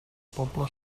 poble